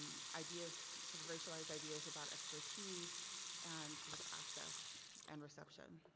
ideas, sort of racialized ideas about expertise and sort of access and reception.